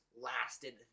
lasted